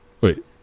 Wait